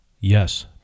Yes